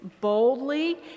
boldly